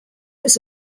was